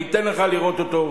אני אתן לך לראות אותו.